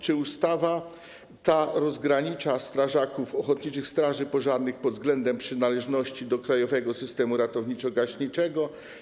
Czy ustawa ta rozgranicza strażaków ochotniczych straży pożarnych pod względem przynależności do krajowego systemu ratowniczo-gaśniczego?